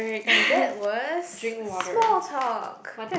and that was small talk